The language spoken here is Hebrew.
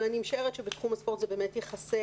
אבל אני משערת שבתחום הספורט זה באמת יכסה